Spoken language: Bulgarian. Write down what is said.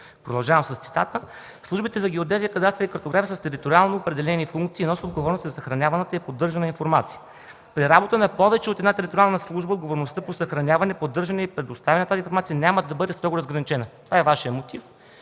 Продължавам с цитата: